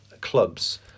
clubs